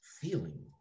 feeling